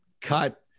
cut